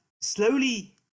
slowly